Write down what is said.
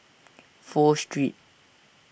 Pho Street